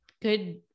good